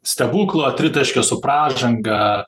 stebuklo tritaškio su pražanga